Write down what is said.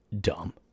dumb